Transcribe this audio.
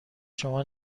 شما